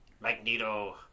Magneto